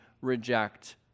reject